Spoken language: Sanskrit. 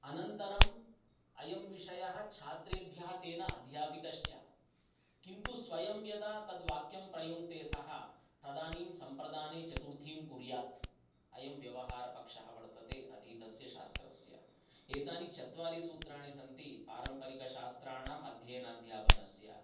अनन्तरं अयं विषयः छात्रेभ्यः तेन अध्यापितश्च किन्तु स्वयं यदा तद् वाक्यं प्रयुङ्क्ते सः तदानीं सम्प्रदाने चतुर्थीं कुर्यात् अयं व्यवहारपक्षः वर्तते अधीतस्य शास्त्रस्य एतानि चत्वारि सूत्राणि सन्ति पारम्परिकशास्त्राणां अध्ययनाध्यापनस्य